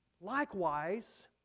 Likewise